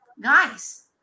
guys